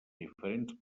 diferents